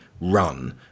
run